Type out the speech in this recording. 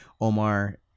Omar